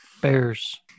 Bears